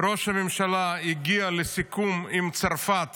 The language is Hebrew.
ראש הממשלה הגיע לסיכום עם צרפת